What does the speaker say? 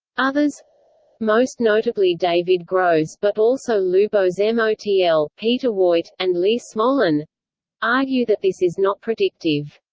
others most notably david gross but also lubos motl, peter woit, and lee smolin argue that this is not predictive.